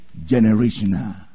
generational